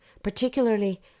particularly